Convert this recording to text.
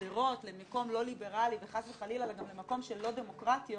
שמידרדרות למקום לא ליברלי וחס וחלילה למקום שהן לא דמוקרטיות,